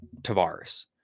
Tavares